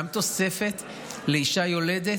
גם תוספת לאישה יולדת,